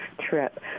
trip